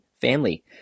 family